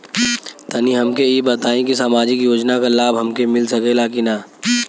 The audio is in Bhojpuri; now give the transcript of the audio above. तनि हमके इ बताईं की सामाजिक योजना क लाभ हमके मिल सकेला की ना?